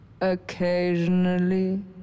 Occasionally